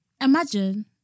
imagine